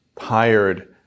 tired